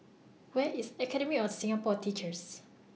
Where IS Academy of Singapore Teachers